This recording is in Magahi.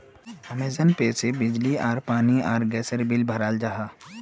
अमेज़न पे से बिजली आर पानी आर गसेर बिल बहराल जाहा